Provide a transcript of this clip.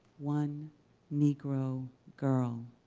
one negro girl.